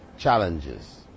challenges